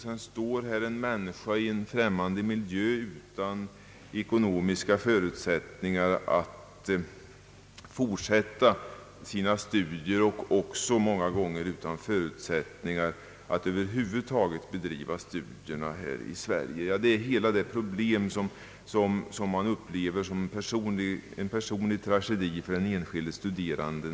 Då står här en människa i en främmande miljö utan ekonomiska och många gånger även andra förutsättningar att fortsätta sina studier i Sverige. Det är ett problem som i många fall upplevs som en personlig tragedi för den studerande.